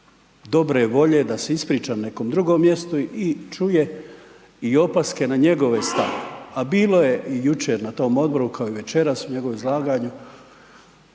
dobre volje da se ispriča na nekom drugom mjestu i čuje i opaske na njegov stav, a bilo je i jučer na tom odboru kao i večeras u njegovom izlaganju